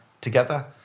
together